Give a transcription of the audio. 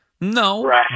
no